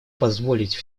позволить